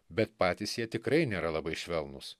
bet patys jie tikrai nėra labai švelnūs